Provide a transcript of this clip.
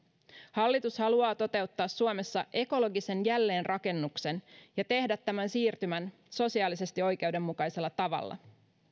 hallitus haluaa toteuttaa suomessa ekologisen jälleenrakennuksen ja tehdä tämän siirtymän sosiaalisesti oikeudenmukaisella tavalla